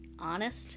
honest